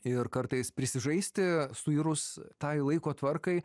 ir kartais prisižaisti suirus tai laiko tvarkai